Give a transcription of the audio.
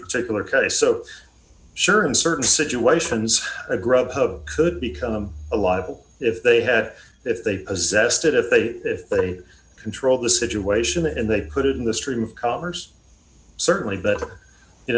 particular case so sure in certain situations a grub could become a lot of if they have if they a zest if they if they control the situation and they put it in the stream of commerce certainly better you